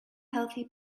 healthy